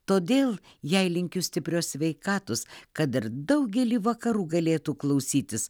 todėl jai linkiu stiprios sveikatos kad dar daugelį vakarų galėtų klausytis